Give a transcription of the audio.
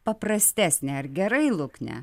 paprastesnę ar gerai lukne